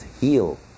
heal